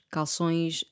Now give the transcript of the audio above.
Calções